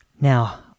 Now